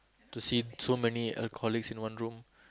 to see so many alcoholics in one room